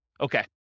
Okay